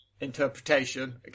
interpretation